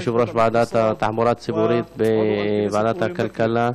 יושב-ראש ועדת התחבורה הציבורית בוועדת הכלכלה,